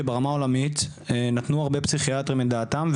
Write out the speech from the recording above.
שברמה העולמית הרבה פסיכיאטרים נתנו את דעתם,